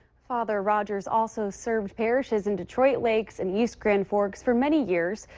father rogers also served parishes in detroit lakes, and east grand forks for many years,